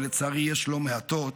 ולצערי יש לא מעטות,